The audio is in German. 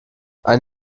ein